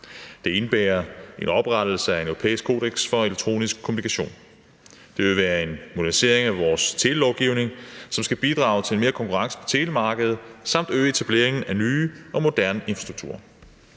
Det indebærer en oprettelse af en europæisk kodeks for elektronisk kommunikation. Det vil være en modernisering af vores telelovgivning, som skal bidrage til mere konkurrence på telemarkedet, øge etableringen af ny og moderne infrastruktur